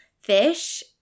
fish